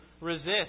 resist